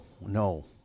No